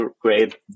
great